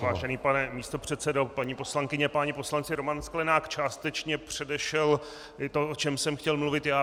Vážený pane místopředsedo, paní poslankyně, páni poslanci, Roman Sklenák částečně předešel to, o čem jsem chtěl mluvit já.